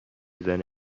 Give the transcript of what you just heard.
زنه